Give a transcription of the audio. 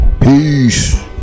Peace